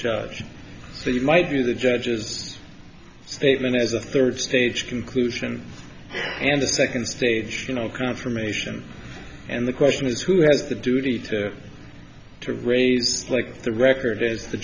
judge so you might view the judge's statement as a third stage conclusion and the second stage to no confirmation and the question is who has the duty to to raise like the record